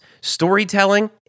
storytelling